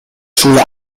schule